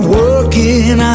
working